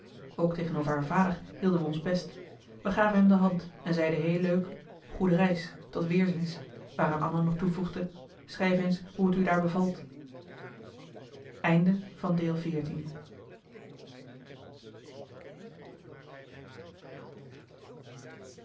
ook tegenover haar vader hielden we ons best we gaven hem de hand en zeiden heel leuk goede reis tot weerziens waaraan anna nog toevoegde schrijf eens hoe t u daar bevalt marcellus emants